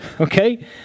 Okay